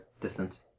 distance